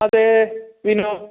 അതെ വിനോ